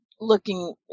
looking